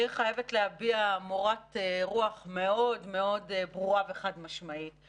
אני חייבת להביע מורת רוח מאוד מאוד ברורה וחד משמעית.